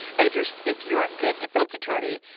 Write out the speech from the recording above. and if you're if you're a good defense attorney,